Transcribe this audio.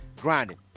Grinding